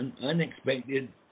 unexpected